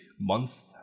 month